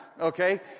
Okay